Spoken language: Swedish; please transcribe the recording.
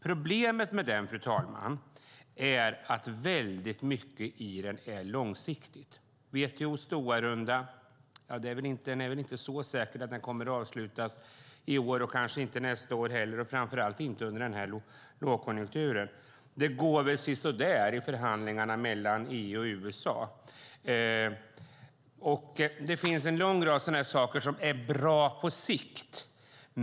Problemet med denna exportvision är att mycket i den är långsiktigt. Det är inte så säkert att WTO:s Doharunda kommer att avslutas i år och kanske inte nästa år heller, och framför allt inte under denna lågkonjunktur. Det går sisådär i förhandlingarna mellan EU och USA. Det finns en lång rad saker som är bra på sikt.